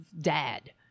dad